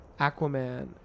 Aquaman